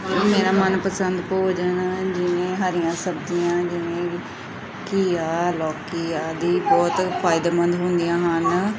ਮੇਰਾ ਮਨਪਸੰਦ ਭੋਜਨ ਜਿਵੇਂ ਹਰੀਆਂ ਸਬਜ਼ੀਆਂ ਜਿਵੇਂ ਘੀਆ ਲੋਕੀ ਆਦਿ ਬਹੁਤ ਫਾਇਦੇਮੰਦ ਹੁੰਦੀਆਂ ਹਨ